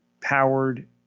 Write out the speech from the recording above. powered